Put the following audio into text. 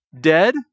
dead